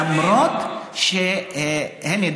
למרות שהינה,